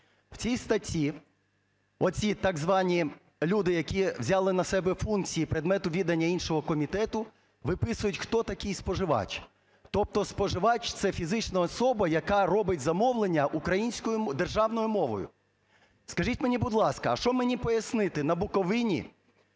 В цій статті оці так звані люди, які взяли на себе функції предмету відання іншого комітету, виписують, хто такий споживач, тобто споживач – це фізична особа, яка робить замовлення державною мовою. Скажіть мені, будь ласка, а що мені пояснити на Буковині